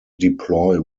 deploy